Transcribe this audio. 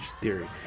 theory